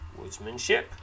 Woodsmanship